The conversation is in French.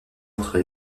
entre